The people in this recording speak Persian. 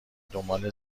دنبال